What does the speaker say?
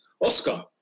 Oscar